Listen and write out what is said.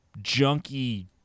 junky